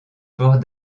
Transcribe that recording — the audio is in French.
port